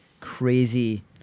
crazy